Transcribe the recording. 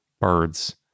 birds